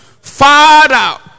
father